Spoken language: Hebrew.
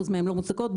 מוצדקות,